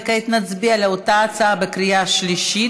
כעת נצביע על אותה הצעה בקריאה שלישית.